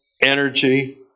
energy